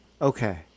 Okay